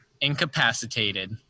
incapacitated